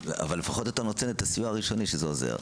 לפחות אתה נותן את הסיוע הראשוני שזה עוזר.